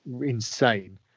insane